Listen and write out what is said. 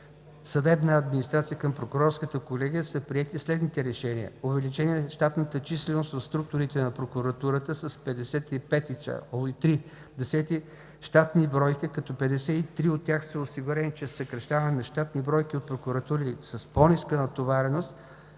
„Съдебна администрация“ към Прокурорската колегия са приети следните решения: - увеличение на щатната численост в структурите на Прокуратурата с 55,3% щатни бройки, като 53 от тях са осигурени чрез съкращаване на щатни бройки от прокуратури с по-ниска натовареност